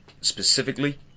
specifically